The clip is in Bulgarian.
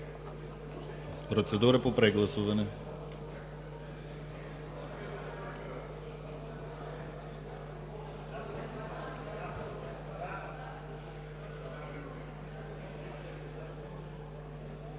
Процедура по прегласуване.